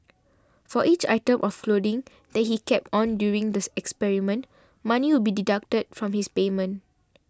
for each item of clothing that he kept on during the experiment money would be deducted from his payment